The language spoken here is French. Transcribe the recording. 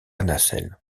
nacelle